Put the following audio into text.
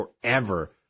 forever